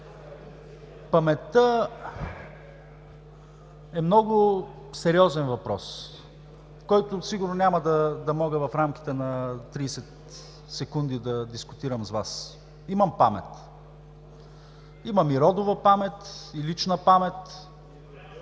Паметта е много сериозен въпрос, който сигурно няма да мога в рамките на 30 секунди да дискутирам с Вас. Имам памет – имам и родова памет, и лична памет,